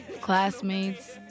classmates